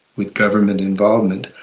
with government involvement,